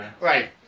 Right